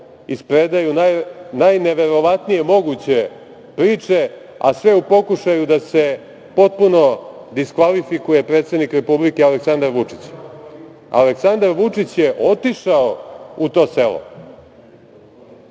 ispredaju najneverovatnije moguće priče, a sve u pokušaju da se potpuno diskvalifikuje predsednik Republike Aleksandar Vučić. Aleksandar Vučić je otišao u to selo.